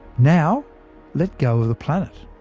now let go of the planet.